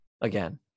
again